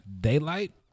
Daylight